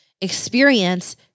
experience